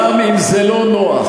חברת הכנסת גלאון, גם אם זה לא נוח,